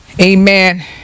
amen